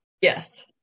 Yes